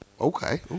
Okay